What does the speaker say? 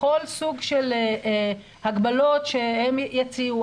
לכל סוג של הגבלות שהם יציעו,